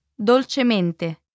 dolcemente